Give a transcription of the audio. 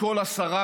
הסכום,